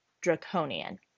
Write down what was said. draconian